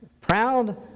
Proud